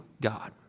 God